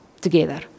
together